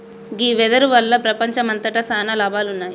గీ వెదురు వల్ల ప్రపంచంమంతట సాన లాభాలున్నాయి